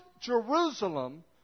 Jerusalem